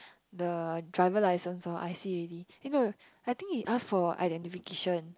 the driver license or i_c already eh no I think he ask for identification